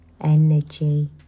energy